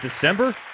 December